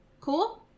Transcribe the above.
cool